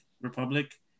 Republic